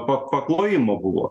pa paklojimo buvo